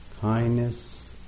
kindness